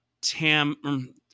Tam